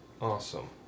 Awesome